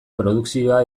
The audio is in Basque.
produkzioa